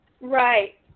Right